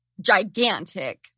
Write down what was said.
gigantic